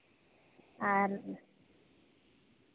ᱟᱨ